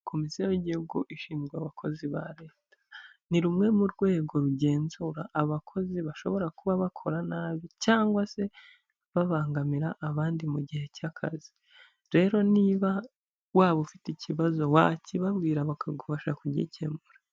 Komisiyo y'igihugu ishinzwe abakozi ba leta ni rumwe mu rwego rugenzura abakozi bashobora kuba bakora nabi cyangwa se babangamira abandi mu gihe cy'akazi, rero niba waba ufite ikibazo wakibabwira bakagufasha kugikemura.